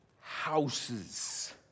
houses